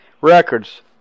Records